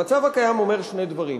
המצב הקיים אומר שני דברים,